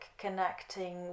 connecting